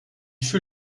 fut